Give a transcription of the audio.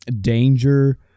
danger